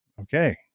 Okay